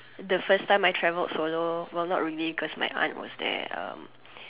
the first time I travelled solo well not really cause my aunt was there um